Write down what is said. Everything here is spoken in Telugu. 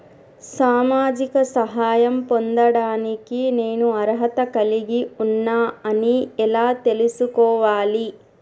సామాజిక సహాయం పొందడానికి నేను అర్హత కలిగి ఉన్న అని ఎలా తెలుసుకోవాలి?